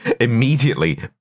Immediately